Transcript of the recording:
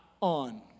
on